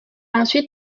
ensuite